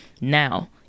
now